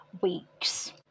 weeks